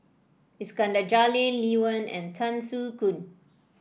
Iskandar Jalil Lee Wen and Tan Soo Khoon